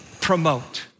promote